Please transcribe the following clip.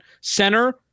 Center